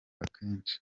akenshi